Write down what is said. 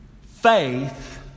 faith